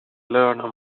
learn